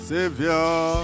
Savior